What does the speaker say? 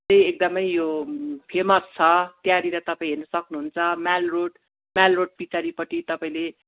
चाहिँ एकदमै यो फेमस छ त्यहाँनेर तपाईँ हेर्नु सक्नु हुन्छ माल रोड माल रोड पछाडिपट्टि तपाईँले